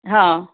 हा